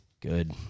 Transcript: Good